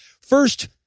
First-